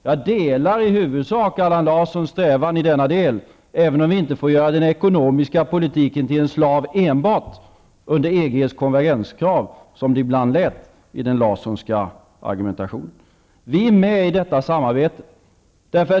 Jag delar i huvudsak Allan Larssons strävan i denna del, även om vi inte får göra den ekonomiska politiken enbart till en slav under EG:s konvergenskrav, som det ibland lät i den larssonska argumentationen.